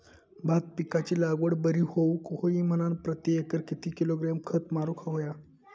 भात पिकाची लागवड बरी होऊक होई म्हणान प्रति एकर किती किलोग्रॅम खत मारुक होया?